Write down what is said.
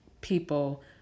people